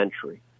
century